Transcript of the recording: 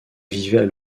vivaient